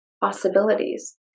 possibilities